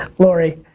laurie,